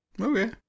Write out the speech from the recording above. Okay